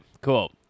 cool